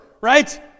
right